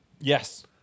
Yes